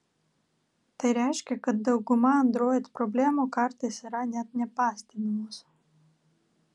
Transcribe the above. tai reiškia kad dauguma android problemų kartais yra net nepastebimos